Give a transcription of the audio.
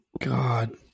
God